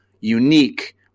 unique